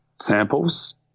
samples